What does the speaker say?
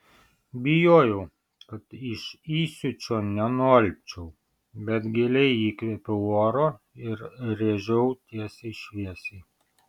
bijojau kad iš įsiūčio nenualpčiau bet giliai įkvėpiau oro ir rėžiau tiesiai šviesiai